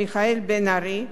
משוכנעים